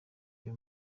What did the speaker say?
ndi